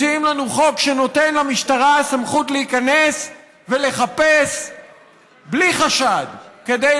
מציעים לנו חוק שנותן למשטרה סמכות להיכנס ולחפש בלי חשד כדי